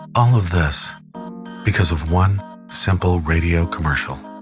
all of this because of one simple radio commercial.